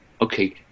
okay